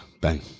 Bang